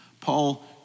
Paul